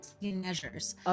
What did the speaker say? measures